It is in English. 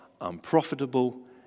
unprofitable